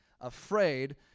afraid